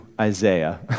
Isaiah